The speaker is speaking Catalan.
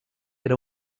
era